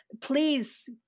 please